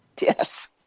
Yes